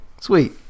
sweet